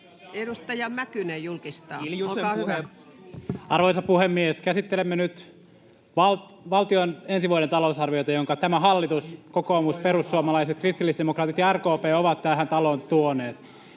11:35 Content: Arvoisa puhemies! Käsittelemme nyt valtion ensi vuoden talousarviota, jonka tämä hallitus — kokoomus, perussuomalaiset kristillisdemokraatit ja RKP — on tähän taloon tuonut.